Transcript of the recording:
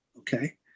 Okay